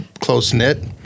close-knit